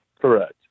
Correct